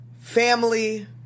family